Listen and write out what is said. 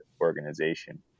organization